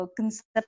concept